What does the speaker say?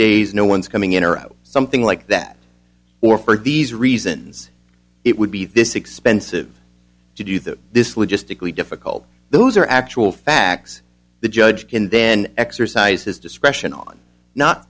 days no one's coming in or out something like that or for these reasons it would be this expensive to do that this logistically difficult those are actual facts the judge can then exercise his discretion on not